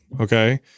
okay